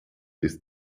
ist